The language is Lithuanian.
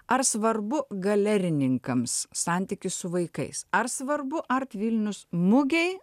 ar svarbu galerininkams santykis su vaikais ar svarbu artvilnius mugei